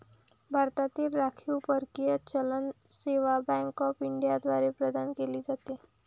भारतातील राखीव परकीय चलन सेवा बँक ऑफ इंडिया द्वारे प्रदान केले जाते